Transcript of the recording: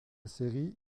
série